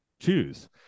choose